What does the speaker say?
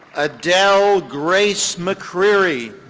adele grace mccreary.